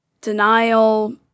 denial